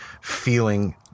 feeling